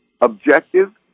objective